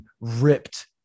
ripped